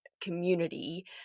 community